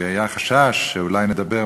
והיה חשש שאולי נדבר,